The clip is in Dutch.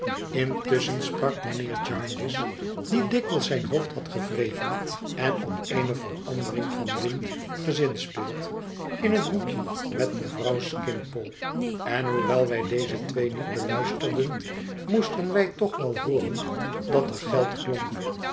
intusschen sprak mijnheer jarndyce die dikwijls zijn hoofd had gewreven en op een e verandering van wind gezinspeeld in een hoekje met mevrouw skimpole en hoewel wij deze twee niet beluisterden moesten wij toch wel hooren dat er geld